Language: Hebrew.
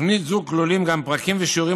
בתוכנית זו כלולים גם פרקים ושיעורים